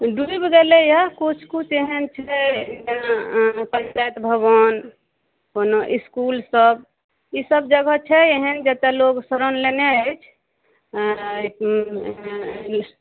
डुबि गेलै यऽ किछु किछु एहन छै जेना पञ्चायत भवन अपन इसकूल सभ ई सभ जगह छै एहन जतऽ लोक शरण लेने अछि